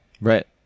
Right